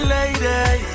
Lady